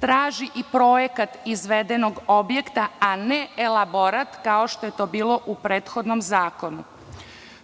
traži i projekat izvedenog objekta, a ne elaborat kao što je to bilo u prethodnom zakonu.